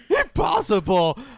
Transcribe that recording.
impossible